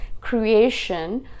creation